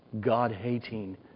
God-hating